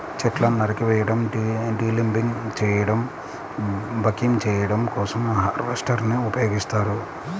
చెట్లను నరికివేయడం, డీలింబింగ్ చేయడం, బకింగ్ చేయడం కోసం హార్వెస్టర్ ని ఉపయోగిస్తారు